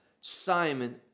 Simon